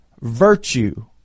virtue